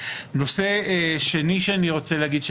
נושא שני שאני רוצה להגיד,